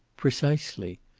precisely.